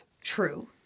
True